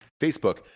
Facebook